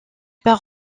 part